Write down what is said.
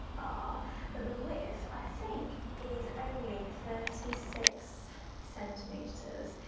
ah the the width, i think is only thirty six centimeters.